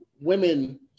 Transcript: women